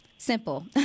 Simple